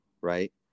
right